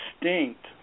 distinct